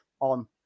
On